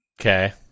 okay